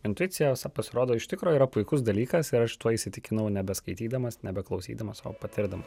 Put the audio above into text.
intuicija pasirodo iš tikro yra puikus dalykas ir aš tuo įsitikinau nebeskaitydamas nebeklausydamas o patirdamas